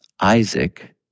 Isaac